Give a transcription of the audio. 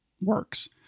Works